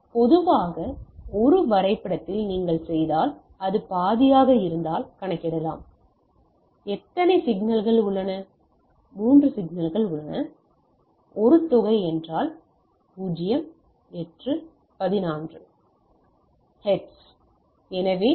பொதுவாக எத்தனை சிக்னல்கள் உள்ளன 3 சிக்னல்கள் உள்ளன இது ஒரு தொகை என்றால் 0 8 மற்றும் 16 ஹெர்ட்ஸ்